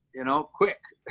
you know, quick.